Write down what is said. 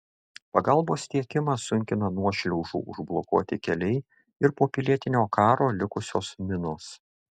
pagalbos tiekimą sunkina nuošliaužų užblokuoti keliai ir po pilietinio karo likusios minos